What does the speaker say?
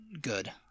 good